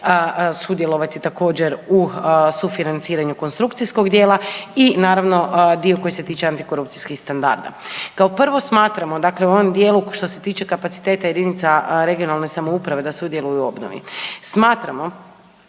sudjelovati također u sufinanciranju konstrukcijskog dijela i naravno dio koji se tiče antikorupcijskih standarda. Kao prvo smatramo dakle u ovom dijelu što se tiče kapaciteta jedinica regionalne samouprave da sudjeluju u obnovi, smatramo